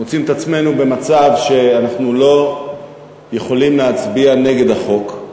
מוצאים את עצמנו במצב שאנחנו לא יכולים להצביע נגד החוק,